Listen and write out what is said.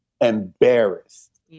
embarrassed